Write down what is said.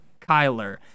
Kyler